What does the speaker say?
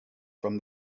from